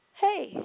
Hey